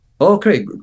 okay